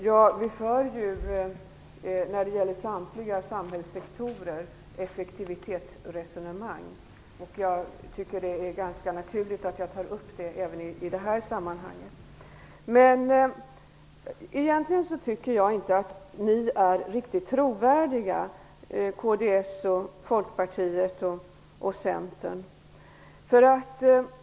Herr talman! Vi för angående samtliga samhällssektorer effektivitetsresonemang. Jag tycker att det är ganska naturligt att jag tar upp den frågan även i det här sammanhanget. Egentligen tycker jag inte att kds, Folkpartiet och Centern är riktigt trovärdiga.